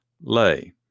lay